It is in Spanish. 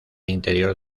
interior